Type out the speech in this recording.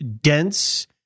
dense